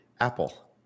apple